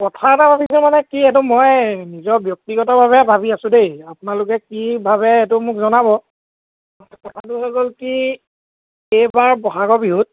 কথা এটা ভাবিছোঁ মানে কি এইটো মই নিজৰ ব্যক্তিগতভাৱে ভাবি আছোঁ দেই আপোনালোকে কি ভাবে সেইটো মোক জনাব কথাটো হৈ গ'ল কি এইবাৰ বহাগৰ বিহুত